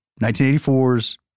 1984's